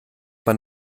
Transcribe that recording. man